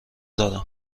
دارم